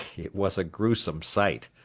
it was a gruesome sight.